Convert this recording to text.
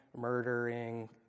murdering